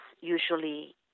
usually